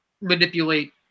manipulate